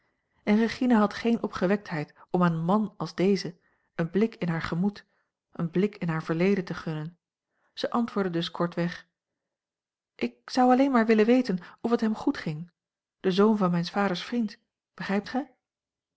en regina had geene opgewektheid om aan een man als dezen een blik in haar gemoed een blik in haar verleden te gunnen zij antwoordde dus kortweg ik zou alleen maar willen weten of het hem goed ging de zoon van mijns vaders vriend begrijpt gij